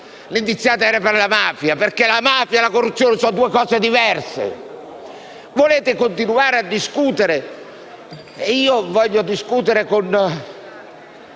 l'indiziato riguardava la mafia, perché quest'ultima e la corruzione sono due cose diverse. Volete continuare a discutere? Io voglio discutere ancora,